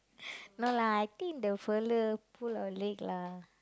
no lah I think the fella pull our leg lah